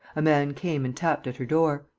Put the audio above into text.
a man came and tapped at her door.